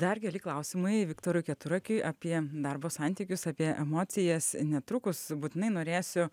dar keli klausimai viktorui keturakiui apie darbo santykius apie emocijas netrukus būtinai norėsiu